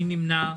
מי נמנע?